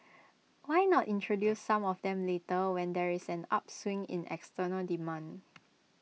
why not introduce some of them later when there is an upswing in external demand